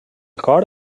cor